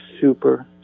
super